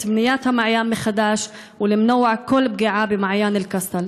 בניית המעיין מחדש ולמנוע כל פגיעה במעיין אל-קסטל.